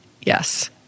Yes